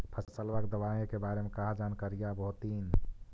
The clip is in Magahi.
फसलबा के दबायें के बारे मे कहा जानकारीया आब होतीन?